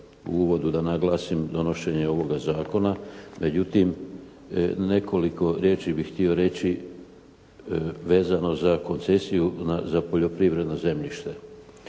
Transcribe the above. u uvodu da naglasim donošenje ovoga zakona međutim nekoliko riječi bih htio reći vezano za koncesiju za poljoprivredno zemljište